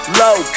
low